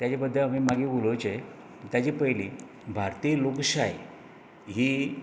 ताजे बद्दल मागीर उलोवचें ताजें पयली भारतीय लोकशाय ही